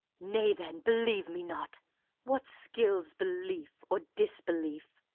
nay then, believe me not what skills belief or disbelief?